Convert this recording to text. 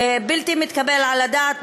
בלתי מתקבל על הדעת.